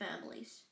families